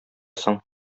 соң